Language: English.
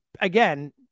again